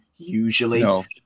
usually